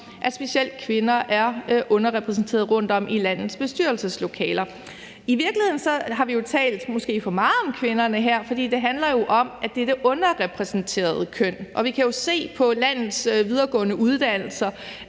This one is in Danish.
at specielt kvinder er underrepræsenterede rundtom i landets bestyrelseslokaler. I virkeligheden har vi måske talt for meget om kvinderne her, for det handler jo om, at de er det underrepræsenterede køn, og vi kan jo se på landets videregående uddannelser,